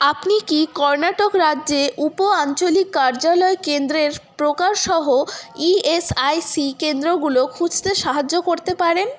আপনি কি কর্ণাটক রাজ্যে উপ আঞ্চলিক কার্যালয় কেন্দ্রের প্রকারসহ ইএসআইসি কেন্দ্রগুলো খুঁজতে সাহায্য করতে পারেন